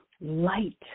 light